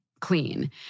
Clean